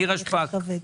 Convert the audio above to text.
נירה שפק, בבקשה.